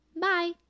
Bye